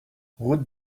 route